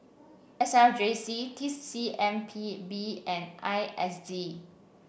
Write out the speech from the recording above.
S R J C T C M P B and I S D